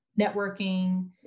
networking